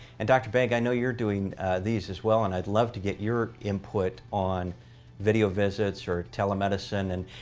and dr. baig, i know you're doing these as well. and i'd love to get your input on video visits or telemedicine. and